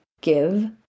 give